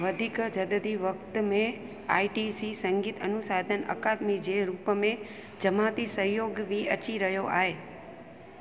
वधीक जदीदी वक़्ति में आई टी सी संगीत अनुसंधान अकादमी जे रूप में जमाइती सहियोगु बि अची रहियो आहे